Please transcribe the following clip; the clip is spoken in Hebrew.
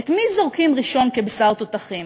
את מי זורקים ראשון כבשר תותחים?